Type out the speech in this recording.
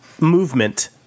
movement